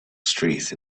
street